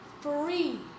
free